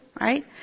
right